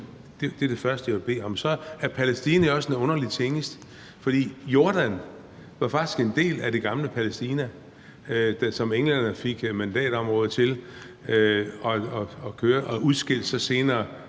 Det er det første, jeg vil bede om. Så er Palæstina jo også en underlig tingest, fordi Jordan faktisk var en del af det gamle Palæstina, som englænderne fik mandatområde til at køre, og de udskilte så senere